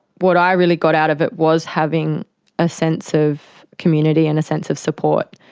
what i really got out of it was having a sense of of community and a sense of support